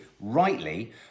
rightly